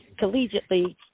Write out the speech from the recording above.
collegiately